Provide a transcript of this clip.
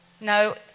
No